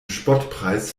spottpreis